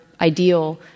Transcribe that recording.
ideal